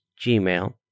gmail